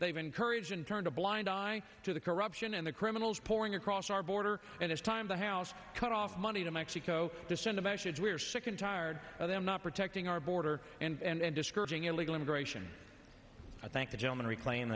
they've encouraged and turned a blind eye to the corruption and the criminals pouring across our border and it's time the house cut off money to mexico to send a message we are sick and tired of them not protecting our border and discouraging illegal immigration i thank the gentleman reclaim